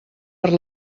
per